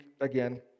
again